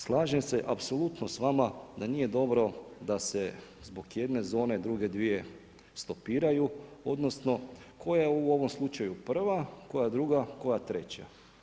Slažem se apsolutno s vama da nije dobro da se zbog jedne zone druge dvije stopiraju odnosno koja je u ovom slučaju prava, koja je druga, koja treća.